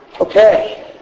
Okay